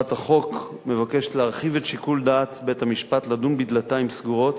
הצעת החוק מבקשת להרחיב את שיקול דעת בית-המשפט לדון בדלתיים סגורות